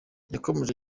yakomeje